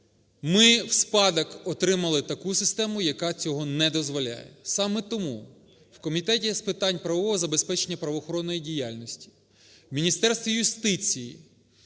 ми в спадок отримали таку систему, яка цього не дозволяє. Саме тому в Комітеті з питань правового забезпечення правоохоронної діяльності, в Міністерстві юстиції